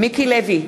מיקי לוי,